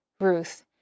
Ruth